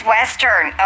Western